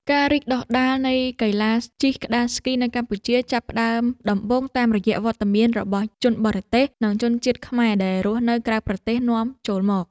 ការរីកដុះដាលនៃកីឡាជិះក្ដារស្គីនៅកម្ពុជា ចាប់ផ្ដើមដំបូងតាមរយៈវត្តមានរបស់ជនបរទេស និងជនជាតិខ្មែរដែលរស់នៅក្រៅប្រទេសនាំចូលមក។